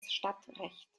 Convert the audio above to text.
stadtrecht